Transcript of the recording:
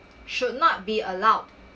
should not be allowed